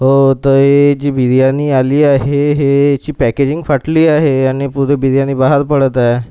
ओ तर हे जी बिर्याणी आली आहे हे ह्याची पॅकेजिंग फाटली आहे आणि पुरी बिर्याणी बाहेर पडत आहे